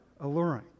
alluring